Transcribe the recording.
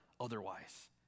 otherwise